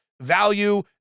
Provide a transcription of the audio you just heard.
value